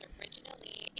originally